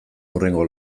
hurrengo